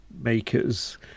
makers